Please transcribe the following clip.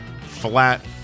flat